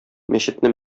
мәчетне